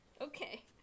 Okay